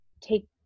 take